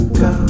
go